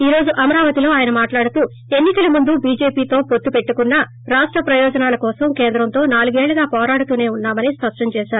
ఈ రోజు అమరావతిలో ఆయన మాట్లాడుతూ ఎన్ని కల ముందు చీజేపీతో పొత్తు పెట్టుకున్నా రాష్ట ప్రయోజనాల కోసం కేంద్రంతో నాలుగేళ్ళుగా వోరాడుతూనే ఉన్నామని స్పష్టం చేశారు